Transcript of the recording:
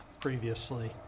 previously